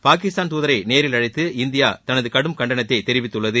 பாகிஸ்தான் துதரை நேரில் அழைத்து இந்தியா தனது கடும் கண்டனத்தை தெரிவித்துள்ளது